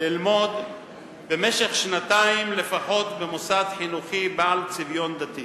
ללמוד במשך שנתיים לפחות במוסד חינוכי בעל צביון דתי